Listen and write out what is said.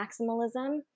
maximalism